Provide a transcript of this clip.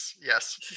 Yes